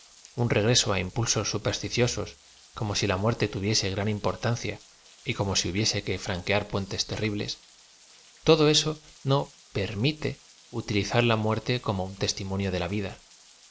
un regreso á impulaoa supersticiosos como si la muerte tuviese gran importancía y como si hubiese que franquear puentes terrí bles todo eso no perm ite utilizar la muerte como un testimonio de la vid